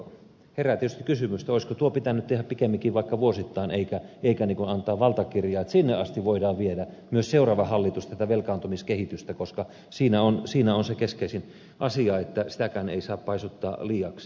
herää tietysti kysymys olisiko tuo pitänyt tehdä pikemminkin vaikka vuosittain eikä antaa valtakirjaa että sinne asti voi viedä myös seuraava hallitus tätä velkaantumiskehitystä koska siinä on se keskeisin asia että sitäkään ei saa paisuttaa liiaksi